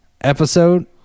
episode